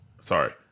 Sorry